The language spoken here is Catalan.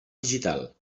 digital